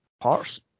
parts